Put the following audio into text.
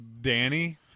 Danny